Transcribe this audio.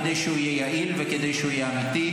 כדי שהוא יהיה יעיל וכדי שהוא יהיה אמיתי,